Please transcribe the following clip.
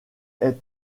est